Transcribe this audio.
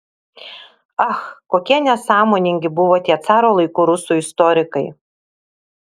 ach kokie nesąmoningi buvo tie caro laikų rusų istorikai